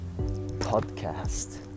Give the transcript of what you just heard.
podcast